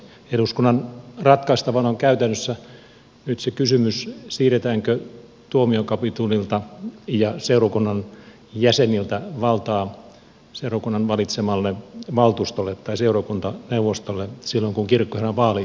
eduskunnan ratkaistavana on käytännössä nyt se kysymys siirretäänkö tuomiokapitulilta ja seurakunnan jäseniltä valtaa seurakunnan valitsemalle valtuustolle tai seurakuntaneuvostolle silloin kun kirkkoherranvaali toimitetaan